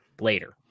later